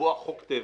לקבוע חוק טבע